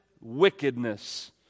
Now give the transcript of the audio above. wickedness